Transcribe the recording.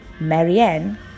Marianne